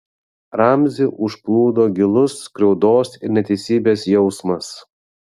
ramzį užplūdo gilus skriaudos ir neteisybės jausmas